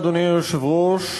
אדוני היושב-ראש,